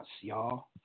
y'all